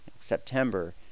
September